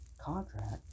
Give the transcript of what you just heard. contract